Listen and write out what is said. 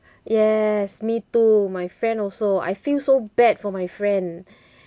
yes me too my friend also I feel so bad for my friend